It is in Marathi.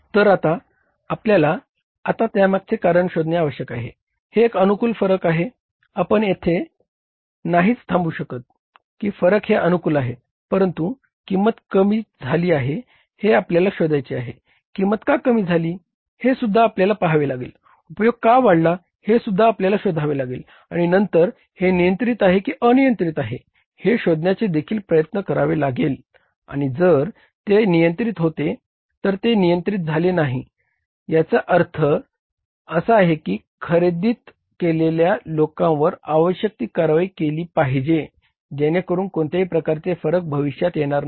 तर आता आपल्याला आता त्यामागचे कारण शोधणे आवश्यक आहे हे एक अनुकूल फरक भविष्यात परत येणार नाही